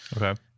Okay